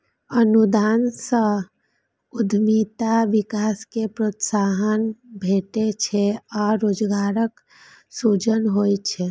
अनुदान सं उद्यमिता विकास कें प्रोत्साहन भेटै छै आ रोजगारक सृजन होइ छै